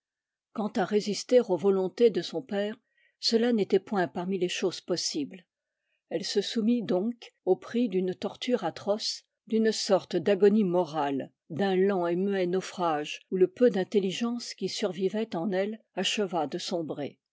quant à résister aux volontés de son père cela n'était point parmi les choses possibles elle se soumit donc au prix d'une ebiture atroce d'une sorte d'agonie morale d'un lent et muet naufrage où le peu d'intelligence qui survivait en elle acheva de sombrer